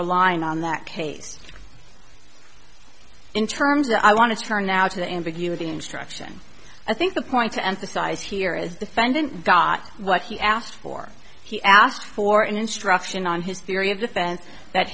relying on that case in terms of i want to turn now to the ambiguity instruction i think the point to emphasize here is the fund and got what he asked for he asked for an instruction on his theory of defense that